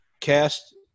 cast